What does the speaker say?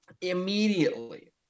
Immediately